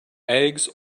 eggs